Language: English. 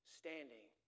standing